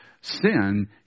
sin